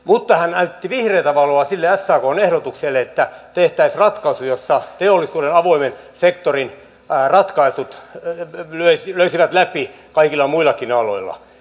mutta hän näytti vihreätä valoa sille sakn ehdotukselle että tehtäisiin ratkaisu jossa teollisuuden avoimen sektorin ratkaisut löisivät läpi kaikilla muillakin aloilla